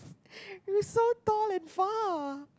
you are so tall and far